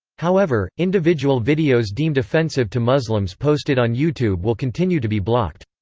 however, individual videos deemed offensive to muslims posted on youtube will continue to be blocked.